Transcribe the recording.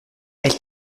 elle